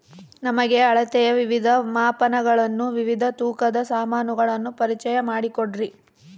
ನಮಗೆ ಅಳತೆಯ ವಿವಿಧ ಮಾಪನಗಳನ್ನು ವಿವಿಧ ತೂಕದ ಸಾಮಾನುಗಳನ್ನು ಪರಿಚಯ ಮಾಡಿಕೊಡ್ರಿ?